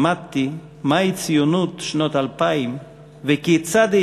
למדתי מהי ציונות שנות אלפיים וכיצד היא